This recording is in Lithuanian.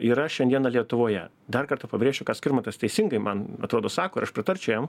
yra šiandieną lietuvoje dar kartą pabrėšiu ką skirmantas teisingai man atrodo sako ir aš pritarčiau jam